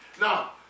Now